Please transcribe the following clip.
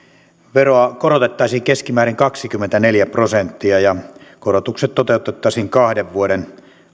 veroa korotettaisiin keskimäärin kaksikymmentäneljä prosenttia ja korotukset toteutettaisiin kahden vuoden